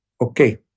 Okay